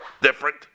different